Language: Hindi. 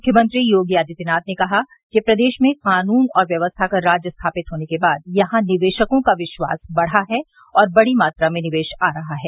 मुख्यमंत्री योगी आदित्यनाथ ने कहा कि प्रदेश में कानून और व्यवस्था का राज स्थापित होने के बाद यहां निवेशकों का विश्वास बढ़ा है और बड़ी मात्रा में निवेश आ रहा है